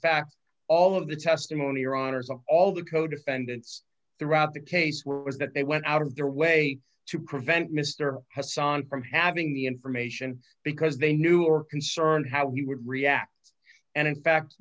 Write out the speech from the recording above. fact all of the testimony or honors of all the co defendants throughout the case were was that they went out of their way to prevent mr hasan from having the information because they knew or concerned how he reacts and in fact